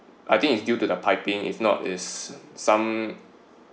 I think it's due to the piping if not is some